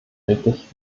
richtig